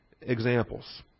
examples